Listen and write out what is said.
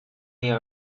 you